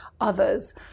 others